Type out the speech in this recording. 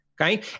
Okay